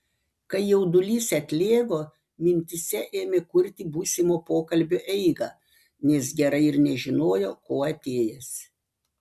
kai jaudulys atlėgo mintyse ėmė kurti būsimo pokalbio eigą nes gerai ir nežinojo ko atėjęs